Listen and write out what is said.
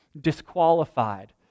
disqualified